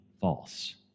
false